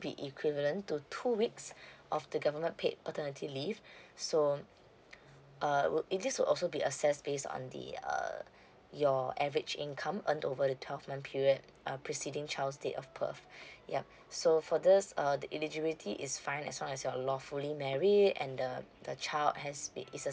be equivalent to two weeks of the government paid paternity leave so uh would it this will also be assessed based on the err your average income earned over the twelve month period uh preceding child's date of birth yup so for this uh the eligibility is fine as long as you're lawfully married and the the child has be is a